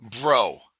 bro